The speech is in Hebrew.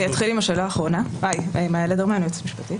אני יועצת משפטית.